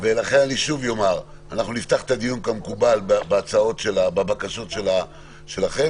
נפתח את הדיון כמקובל בבקשות שלכם,